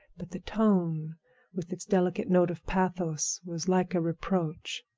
but the tone with its delicate note of pathos was like a reproach.